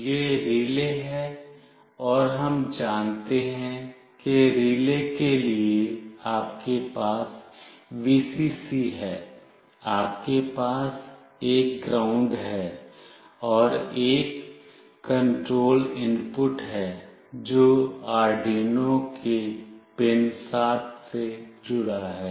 यह रिले है और हम जानते हैं कि रिले के लिए आपके पास Vcc है आपके पास एक ग्राउंड है और एक कंट्रोल इनपुट है जो आर्डयूनो के पिन 7 से जुड़ा है